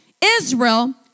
Israel